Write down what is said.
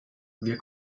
wir